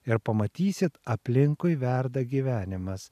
ir pamatysit aplinkui verda gyvenimas